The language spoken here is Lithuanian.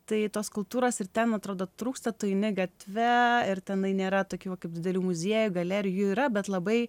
tai tos kultūros ir ten atrodo trūksta tu eini gatve ir tenai nėra tokių kaip didelių muziejų galerijų yra bet labai